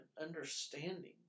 understanding